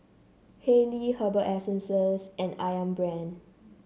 Haylee Herbal Essences and ayam Brand